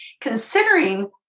considering